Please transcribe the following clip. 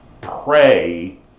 pray